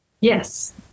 Yes